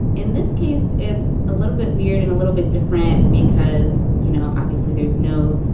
in this case, it's a little bit weird and a little bit different because, you know, obviously, there's no,